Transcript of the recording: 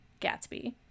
Gatsby